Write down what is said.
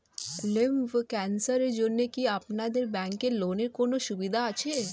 Lymph ক্যানসারের জন্য কি আপনাদের ব্যঙ্কে লোনের কোনও সুবিধা আছে?